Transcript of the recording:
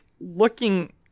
looking